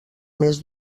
més